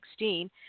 2016